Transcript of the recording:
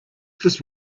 this